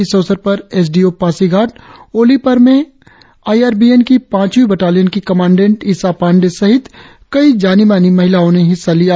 इस अवसर पर S D O Pasighat Oli Perme I R B N की पांचवीं बटालियन की कमांडेंट ईशा पांडे सहित कई जानी मानी महिलाओं ने हिस्सा लिया